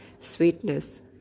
sweetness